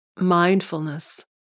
mindfulness